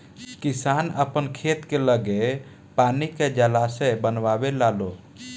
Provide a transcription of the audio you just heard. किसान आपन खेत के लगे पानी के जलाशय बनवे लालो